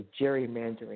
gerrymandering